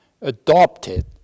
adopted